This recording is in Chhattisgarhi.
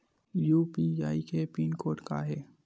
यू.पी.आई के पिन कोड का हे?